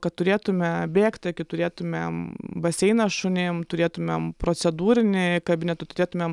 kad turėtume bėgti kad turėtumėm baseiną šunim turėtumėm procedūrinį kabinetą turėtumėm